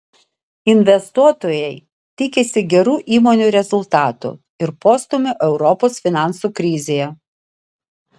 investuotojai tikisi gerų įmonių rezultatų ir postūmio europos finansų krizėje